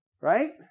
Right